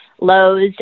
lows